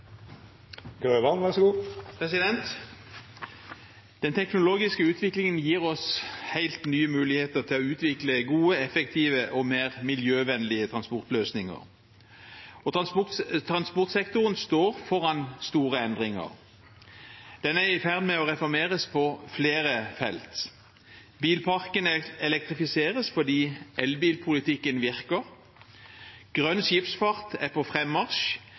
utvikle gode, effektive og mer miljøvennlige transportløsninger. Transportsektoren står foran store endringer. Den er i ferd med å reformeres på flere felt. Bilparken elektrifiseres fordi elbilpolitikken virker, og grønn skipsfart er på